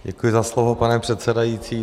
Děkuji za slovo, pane předsedající.